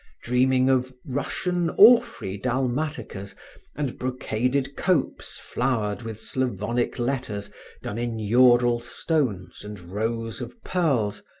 dreaming of russian orphrey dalmaticas and brocaded copes flowered with slavonic letters done in ural stones and rows of pearls,